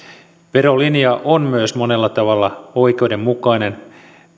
verolinja on myös monella tavalla oikeudenmukainen